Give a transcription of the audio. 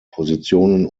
positionen